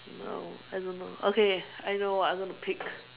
no I don't know okay I know what I'm gonna pick